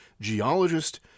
geologist